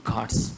God's